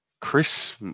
Chris